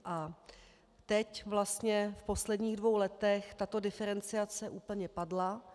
A teď vlastně v posledních dvou letech tato diferenciace úplně padla.